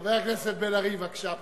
חבר הכנסת בן-ארי, בבקשה.